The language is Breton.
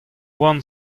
poan